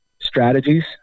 strategies